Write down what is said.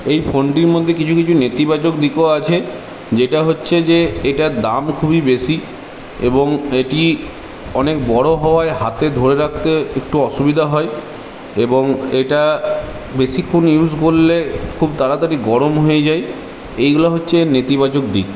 এই ফোনটির মধ্যে কিছু কিছু নেতিবাচক দিকও আছে যেটা হচ্ছে যে এটার দাম খুবই বেশি এবং এটি অনেক বড় হওয়ায় হাতে ধরে রাখতে একটু অসুবিধা হয় এবং এটা বেশিক্ষণ ইউজ করলে খুব তাড়াতাড়ি গরম হয়ে যায় এইগুলো হচ্ছে এর নেতিবাচক দিক